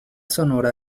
sonora